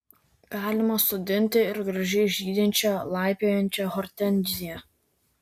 galima sodinti ir gražiai žydinčią laipiojančią hortenziją